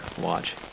watch